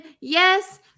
yes